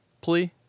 plea